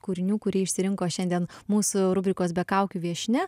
kūrinių kurį išsirinko šiandien mūsų rubrikos be kaukių viešnia